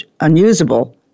unusable